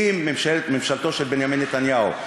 אם ממשלתו של בנימין נתניהו,